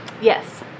Yes